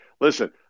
Listen